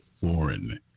foreign